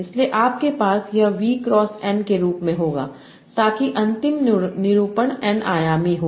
इसलिए आपके पास यह V क्रॉस N के रूप में होगा ताकि अंतिम निरूपण N आयामी हो